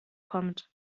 kommt